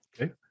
Okay